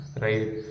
right